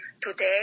Today